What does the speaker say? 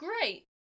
great